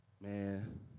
Man